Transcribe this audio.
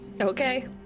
okay